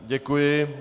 Děkuji.